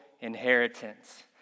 inheritance